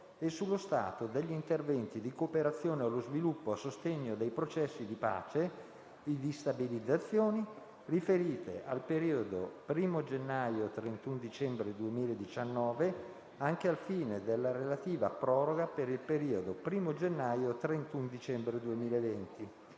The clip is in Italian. e sullo stato degli interventi di cooperazione allo sviluppo a sostegno dei processi di pace e di stabilizzazione, riferita al periodo 1° gennaio-31 dicembre 2019, anche al fine della relativa proroga per il periodo 1° gennaio-31 dicembre 2020,